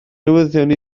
newyddion